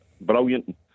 brilliant